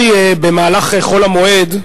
במהלך חול המועד,